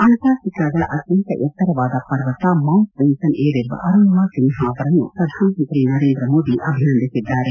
ಅಂಟಾರ್ಟಿಕಾದ ಅತ್ಯಂತ ಎತ್ತರವಾದ ಪರ್ವತ ಮೌಂಟ್ ವಿನ್ಸನ್ ಏರಿರುವ ಅರುಣಿಮಾ ಸಿನ್ಹಾ ಅವರನ್ನು ಪ್ರಧಾನಮಂತ್ರಿ ನರೇಂದ್ರ ಮೋದಿ ಅಭಿನಂದಿಸಿದ್ದಾರೆ